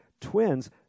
twins